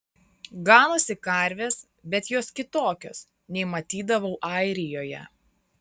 ganosi karvės bet jos kitokios nei matydavau airijoje